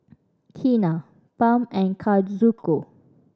Keena Pam and Kazuko